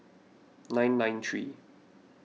nine nine three